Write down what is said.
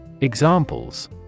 Examples